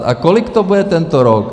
A kolik to bude tento rok?